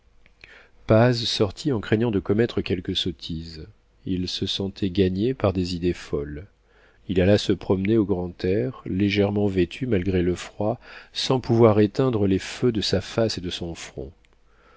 paz sortit en craignant de commettre quelque sottise il se sentait gagner par des idées folles il alla se promener au grand air légèrement vêtu malgré le froid sans pouvoir éteindre les feux de sa face et de son front